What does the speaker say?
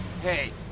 Hey